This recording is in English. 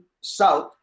south